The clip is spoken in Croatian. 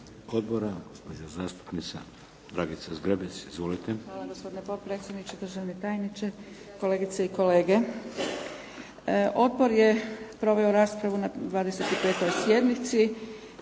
Odbora gospođa zastupnica Dragica Zgrebec. Izvolite. **Zgrebec, Dragica (SDP)** Hvala gospodine potpredsjedniče, državni tajniče, kolegice i kolege. Odbor je proveo raspravu na 25. sjednici